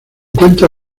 cuenta